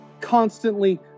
constantly